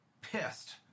pissed